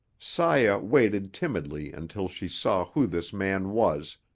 saya waited timidly until she saw who this man was,